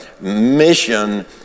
mission